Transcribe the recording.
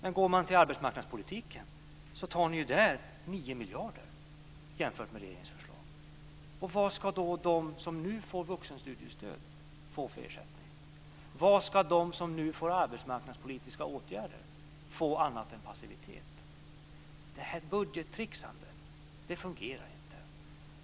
Men om man går till arbetsmarknadspolitiken så tar ni ju bort 9 miljarder kronor där jämfört med regeringens förslag. Vad ska då de som nu får vuxenstudiestöd få för ersättning? Vad ska de som nu får del av arbetsmarknadspolitiska åtgärder få annat än passivitet? Det här budgettricksandet fungerar inte.